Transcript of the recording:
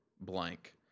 blank